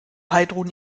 heidrun